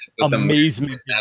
amazement